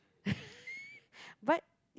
but if